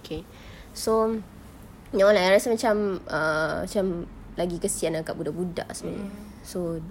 okay so that [one] like yang I rasa err macam lagi kasihan dekat budak-budak semua ini so